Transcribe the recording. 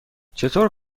چطور